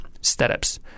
startups